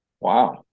Wow